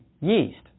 yeast